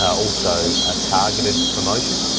ah also ah targeted promotion,